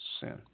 sin